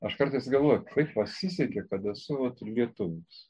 aš kartais galvoju kaip pasisekė kad esu vat lietuvis